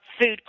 food